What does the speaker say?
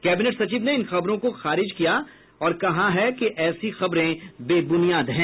cabinet सचिव ने इन खबरों को खारिज किया है और कहा है कि ऐसी खबरें बेब्रनियाद हैं